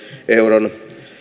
euron